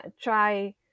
try